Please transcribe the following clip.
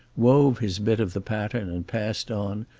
wove his bit of the pattern and passed on,